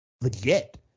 legit